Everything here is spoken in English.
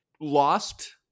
lost